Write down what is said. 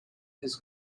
his